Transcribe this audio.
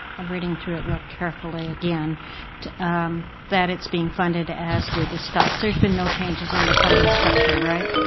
i'm reading through it real carefully again that it's being funded as we discussed. there's been no changes in the funding structure, right?